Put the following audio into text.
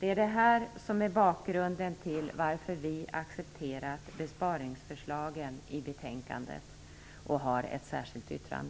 det är det här, fru talman, som är bakgrunden till att vi har accepterat besparingsförslagen i betänkandet och att vi har ett särskilt yttrande.